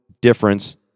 difference